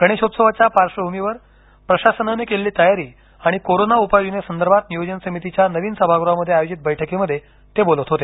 गणेशोत्सवाच्या पार्श्वभूमीवर प्रशासनान केलेली तयारी आणि कोरोना उपाययोजना संदर्भात नियोजन समितीच्या नवीन सभागृहामध्ये आयोजित बैठकीमध्ये ते बोलत होते